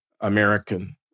American